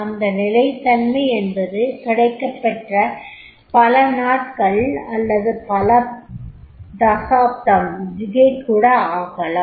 அந்த நிலைத்தன்மை என்பது கிடைக்கப்பெற பல நாட்கள் அல்லது பல தசாப்தம் கூட ஆகலாம்